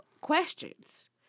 questions